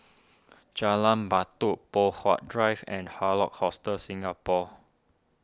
Jalan Batu Poh Huat Drive and Hard Rock Hostel Singapore